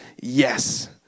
yes